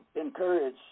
encourage